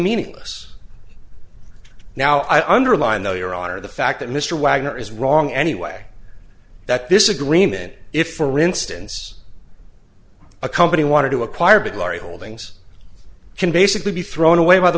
meaningless now i underline though your honor the fact that mr wagner is wrong anyway that this agreement if for instance a company wanted to acquire biglari holdings can basically be thrown away by the